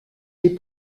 les